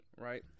right